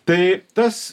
tai tas